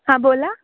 हां बोला